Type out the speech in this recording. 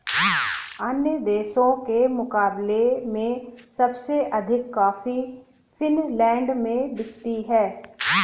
अन्य देशों के मुकाबले में सबसे अधिक कॉफी फिनलैंड में बिकती है